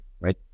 Right